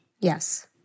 Yes